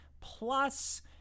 Plus